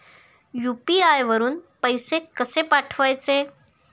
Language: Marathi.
यु.पी.आय वरून पैसे कसे पाठवायचे?